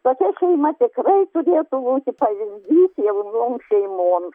tokia šeima tikrai turėtų būti pavyzdys jaunoms šeimoms